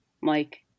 Mike